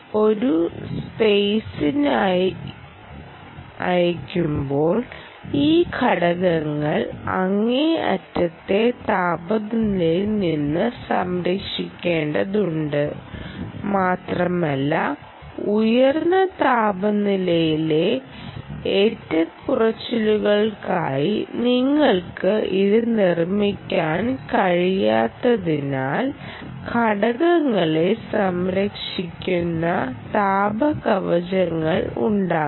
ഒരു സ്പെയ്സിനായിരിക്കുമ്പോൾ ഈ ഘടകങ്ങൾ അങ്ങേയറ്റത്തെ താപനിലയിൽ നിന്ന് സംരക്ഷിക്കേണ്ടതുണ്ട് മാത്രമല്ല ഉയർന്ന താപനിലയിലെ ഏറ്റക്കുറച്ചിലുകൾക്കായി നിങ്ങൾക്ക് ഇത് നിർമ്മിക്കാൻ കഴിയാത്തതിനാൽ ഘടകങ്ങളെ സംരക്ഷിക്കുന്ന താപ കവചങ്ങൾ ഉണ്ടാകും